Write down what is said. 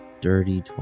Dirty